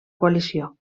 coalició